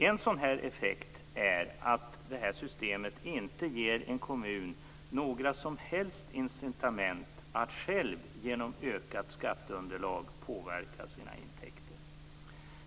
En sådan effekt är att det här systemet inte ger en kommun några som helst incitament att själv genom ökat skatteunderlag påverka sina intäkter.